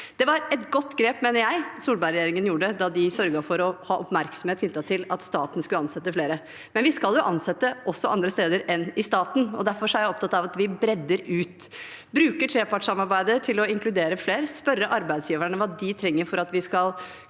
det var et godt grep Solberg-regjeringen gjorde da den sørget for å ha oppmerksomhet knyttet til at staten skulle ansette flere, men vi skal jo ansette også andre steder enn i staten. Derfor er jeg opptatt av at vi bredder ut, bruker trepartssamarbeidet til å inkludere flere, spør arbeidsgiverne hva de trenger for at vi skal